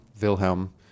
Wilhelm